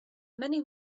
many